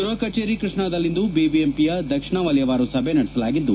ಗೃಹ ಕಚೇರಿ ಕೃಷ್ಣಾದಲ್ಲಿಂದು ಬಿಬಿಎಂಪಿಯ ದಕ್ಷಿಣ ವಲಯವಾರು ಸಭೆ ನಡೆಸಲಾಗಿದ್ದು